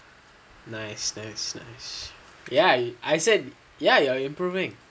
nice nice nice ya I said ya you are improving